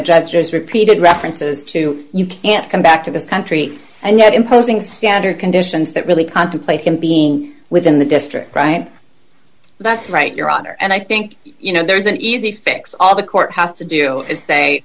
judge's repeated references to you can't come back to this country and yet imposing standard conditions that really contemplate him being within the district right that's right your honor and i think you know there is an easy fix all the court has to do is say